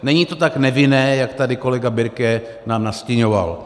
Není to tak nevinné, jak tady kolega Birke nám nastiňoval.